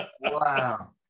Wow